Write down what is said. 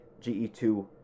GE2